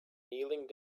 kneeling